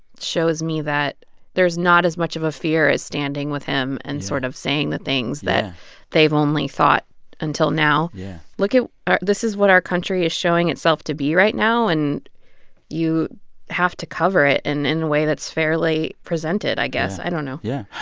shows me that there's not as much of a fear as standing with him and sort of saying the things that they've only thought until now yeah look at this is what our country is showing itself to be right now, and you have to cover it and in a way that's fairly presented, i guess. i don't know yeah.